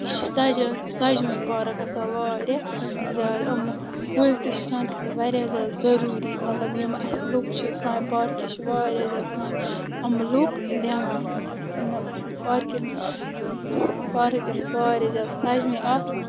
یہِ چھِ سَجان سَجوٕنۍ پارٕک آسان واریاہ زیادٕ یِمو کُلۍ تہِ چھِ سانہِ خٲطرٕ واریاہ زیادٕ ضٔروٗری مطلب یِم اَسہِ لُکھ چھِ سانہِ پارکہِ چھِ واریاہ زیادٕ یِم لُکھ دِوان پارکہِ پارٕک گژھِ واریاہ زیادٕ سَجوٕنۍ آسٕنۍ